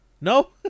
No